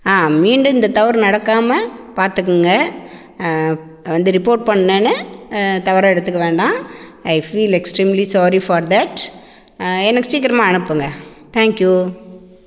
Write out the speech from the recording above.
ஆ மீண்டும் இந்த தவறு நடக்காமல் பார்த்துக்குங்க வந்து ரிப்போர்ட் பண்ணேன்னு ஆ தவறாக எடுத்துக்க வேண்டாம் I feel extremely sorry for that எனக்கு சீக்கிரமா அனுப்புங்கள் தேங்க் யூ